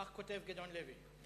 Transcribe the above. כך כותב גדעון לוי.